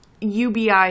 UBI